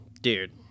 dude